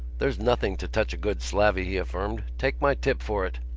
there's nothing to touch a good slavey, he affirmed. take my tip for it.